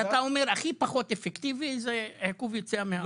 אז אתה אומר הכי פחות אפקטיבי זה עיכוב יציאה מן הארץ?